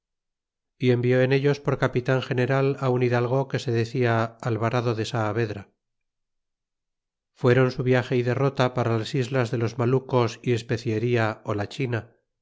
y envió en ellos por capitan general un hidalgo que se decia alvarado de saavedra fuéron su viage y derrota para las islas de los malucos y especeria la china